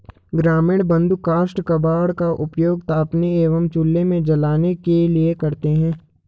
ग्रामीण बंधु काष्ठ कबाड़ का उपयोग तापने एवं चूल्हे में जलाने के लिए करते हैं